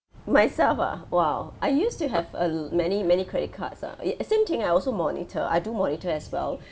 myself ah !wow! I used to have a l~ many many credit cards ah y~ same thing I also monitor I do monitor as well